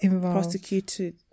prosecuted